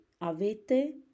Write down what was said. avete